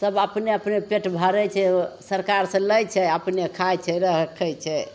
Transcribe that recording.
सभ अपने अपने पेट भरै छै सरकार से लै छै अपने खाइ छै रखै छै